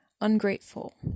ungrateful